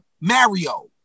Mario